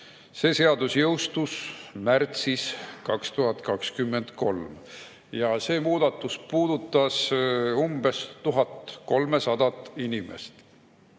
See seadus jõustus märtsis 2023 ja see muudatus puudutas umbes 1300 inimest. Milleks